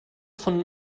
von